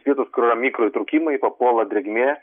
vietos kur yra mikro įtrūkimai papuola drėgmė